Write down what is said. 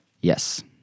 Yes